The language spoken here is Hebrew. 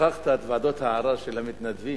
שכחת את ועדות הערר של המתנדבים.